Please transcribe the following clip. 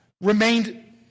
remained